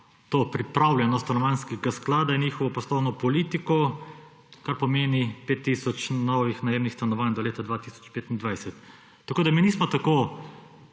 to pripravljenost Stanovanjskega sklada in njihovo poslovno politiko, kar pomeni 5 tisoč novih najemnih stanovanj do leta 2025. Tako mi nismo tako